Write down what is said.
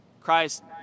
christ